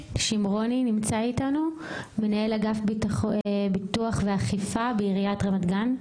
שומרוני, מנהל אגף ביטחון ואכיפה בעיריית רמת גן,